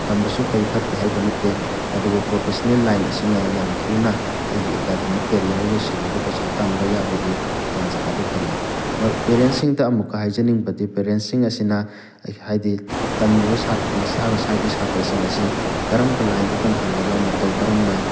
ꯇꯝꯕꯁꯨ ꯐꯩ ꯐꯠꯇꯦ ꯍꯥꯏꯕ ꯅꯠꯇꯦ ꯑꯗꯨꯕꯨ ꯄ꯭ꯔꯣꯐꯦꯁꯅꯦꯜ ꯂꯥꯏꯟ ꯑꯁꯤꯅ ꯌꯥꯝ ꯊꯨꯅ ꯑꯩꯒꯤ ꯑꯦꯀꯥꯗꯃꯤꯛ ꯀꯦꯔꯤꯌꯔ ꯂꯣꯏꯁꯤꯜꯂꯒ ꯄꯩꯁꯥ ꯇꯥꯟꯕ ꯌꯥꯕꯒꯤ ꯇꯥꯟꯖꯥ ꯑꯗꯨ ꯐꯪꯉꯤ ꯄꯦꯔꯦꯟꯁꯤꯡꯗ ꯑꯃꯨꯛꯀ ꯍꯥꯏꯖꯅꯤꯡꯕꯗꯤ ꯄꯦꯔꯦꯟꯁꯤꯡ ꯑꯁꯤꯅ ꯍꯥꯏꯗꯤ ꯇꯝꯃꯤꯕ ꯃꯁꯥ ꯃꯁꯥꯒꯤ ꯁꯥꯇ꯭ꯔꯁꯤꯡ ꯑꯁꯤ ꯀꯔꯝꯕ ꯂꯥꯏꯟꯗ ꯇꯝꯍꯜꯂꯒ ꯃꯇꯧ ꯀꯔꯝꯅ